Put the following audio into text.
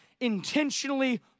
intentionally